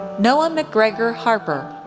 noah mcgregor harper,